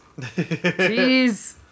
Jeez